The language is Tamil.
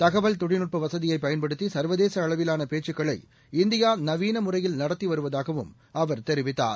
தகவல் தொழில்நுட்பவசதியைபயன்படுத்திசர்வதேசஅளவிலாளபேச்சுக்களை இந்தியாநவீனமுறையில் நடத்திவருவதாகவும் அவர் தெரிவித்தார்